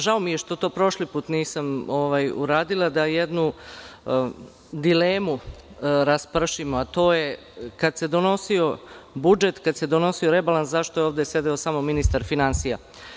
Žao mi je što to prošli put nisam uradila, da jednu dilemu raspravimo, kada se donosio budžet, kada se donosio rebalans, zašto je ovde sedeo ministar finansija.